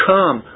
Come